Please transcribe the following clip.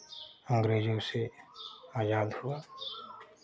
अंग्रेजों से आज़ाद हुआ